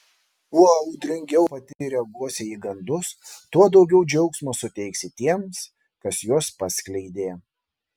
kuo audringiau pati reaguosi į gandus tuo daugiau džiaugsmo suteiksi tiems kas juos paskleidė